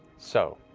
so,